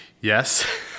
Yes